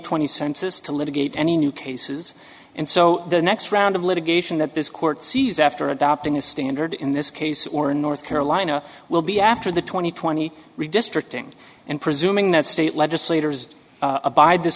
twenty census to litigate any new cases and so the next round of litigation that this court sees after adopting a standard in this case or in north carolina will be after the two thousand and twenty redistricting and presuming that state legislators abide this